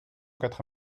quatre